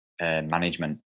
management